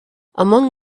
among